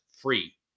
free